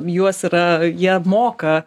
juos yra jie moka